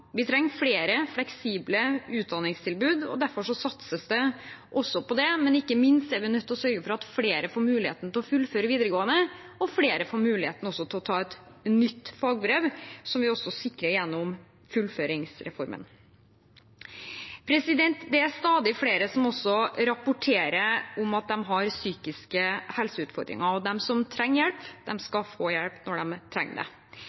Vi trenger flere fleksible utdanningstilbud, og derfor satses det også på det, men ikke minst er vi nødt til å sørge for at flere får muligheten til å fullføre videregående, og at flere også får muligheten til å ta et nytt fagbrev, som vi sikrer gjennom Fullføringsreformen. Det er stadig flere som rapporterer om at de har psykiske helseutfordringer, og de som trenger hjelp, skal få hjelp når de trenger det.